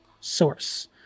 source